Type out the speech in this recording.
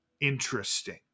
interesting